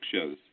shows